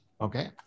Okay